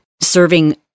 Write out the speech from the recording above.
serving